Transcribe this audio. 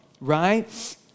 right